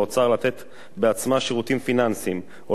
לתת בעצמה שירותים פיננסיים או להפיץ